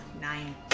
nine